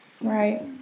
Right